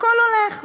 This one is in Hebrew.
הכול הולך,